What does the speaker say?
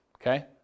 Okay